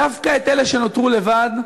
דווקא את אלה שנותרו לבד,